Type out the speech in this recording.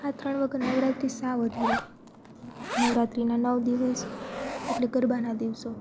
આ ત્રણ વગર નવરાત્રિ સાવ અધૂરી નવરાત્રિના નવ દિવસ એટલે ગરબાના દિવસો